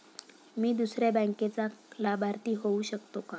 मी दुसऱ्या बँकेचा लाभार्थी होऊ शकतो का?